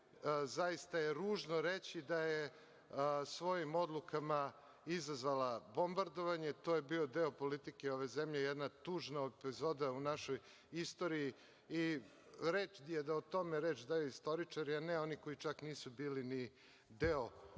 zaista je ružno reći da je svojim odlukama izazvala bombardovanje. To je bio deo politike ove zemlje, jedna tužna epizoda u našoj istoriji i red je da o tome reč daju istoričari, a ne oni koji čak nisu bili ni deo političkog